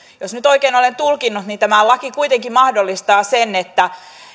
jos nyt oikein olen tulkinnut niin tämä laki kuitenkin mahdollistaa sen että